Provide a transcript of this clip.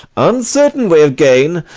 uncertain way of gain!